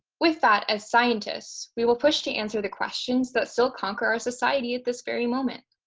with that, as scientists, we will push to answer the questions that still conquer our society at this very moment.